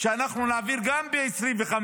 שאנחנו נעביר גם ב-2025,